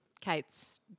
Kate's